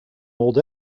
old